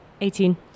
Eighteen